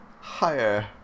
higher